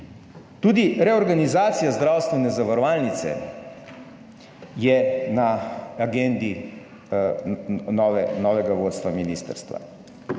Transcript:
Tudi reorganizacija zdravstvene zavarovalnice je na agendi novega vodstva ministrstva